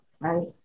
right